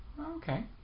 okay